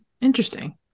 Interesting